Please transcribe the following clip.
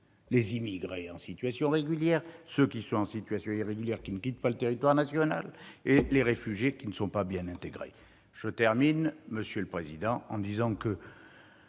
les immigrés en situation régulière, ceux qui sont en situation irrégulière et qui ne quittent pas le territoire national, et les réfugiés qui ne sont pas bien intégrés. Il faut conclure, mon cher collègue.